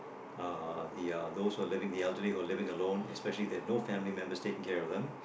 uh they are those who living the elderly who are living alone especially there no family members taking care of them